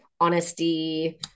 honesty